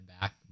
back